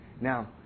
Now